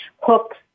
hooks